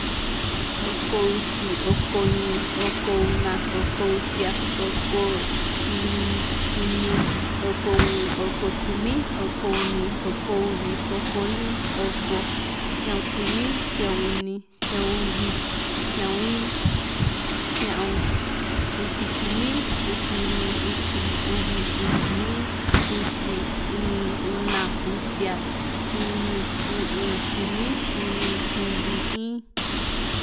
oko usi, oko íín, oko una, oko usia, oko iñu, oko u´un, oko kumi, oko uni, oko uvi, oko in, oko, sia´un kumi, sia´un uni, sia´un uvi, sia´un in, sia´un, usi kumi, usi uni, usi uvi, usi in, usi, íín, una, usia, iñu, u´un, kumi, uni, uvi, in.